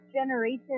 generation